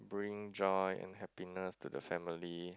bring joy and happiness to the family